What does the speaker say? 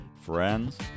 Friends